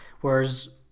whereas